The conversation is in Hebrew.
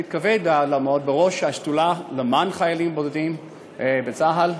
מתכבד לעמוד בראש השדולה למען חיילים בודדים בצה"ל.